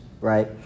right